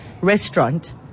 restaurant